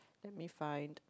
let me find